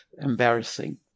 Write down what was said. embarrassing